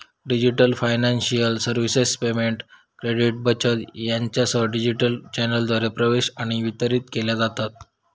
digital financial services payment, credit, बचत यासह digital चॅनेलद्वारा प्रवेश आणि वितरित केल्या जातत